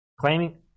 claiming